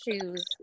shoes